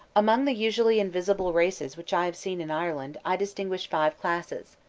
among the usually invisible races which i have seen in ireland i distinguish five classes.